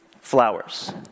Flowers